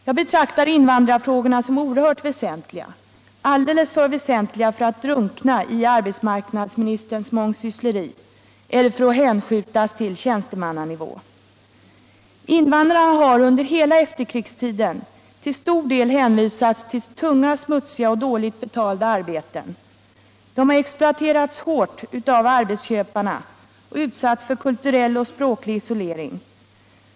Jag betraktar invandrarfrågorna som oerhört väsentliga, alldeles för väsentliga för att drunkna i arbetsmarknadsministerns mångsyssleri eller för att hänskjutas till tjänstemannanivå. Invandrarna har under hela efterkrigstiden till stor del hänvisats till tunga, smutsiga och dåligt betalda arbeten. De har exploaterats hårt av arbetsköparna och utsatts för kulturell och språklig isolering.